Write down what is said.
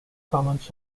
comments